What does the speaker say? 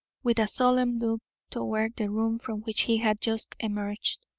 with a solemn look toward the room from which he had just emerged.